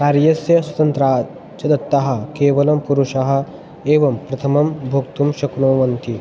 कार्यस्य स्वतन्त्राः च दत्तः केवलं पुरुषः एवं प्रथमं भोक्तुं शक्नुवन्ति